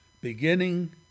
beginning